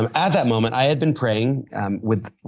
um at that moment, i had been praying with.